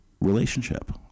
relationship